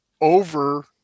over